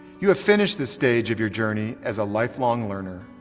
you have finished this stage of your journey as a lifelong learner.